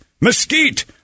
mesquite